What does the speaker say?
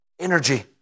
Energy